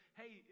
hey